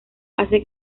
hace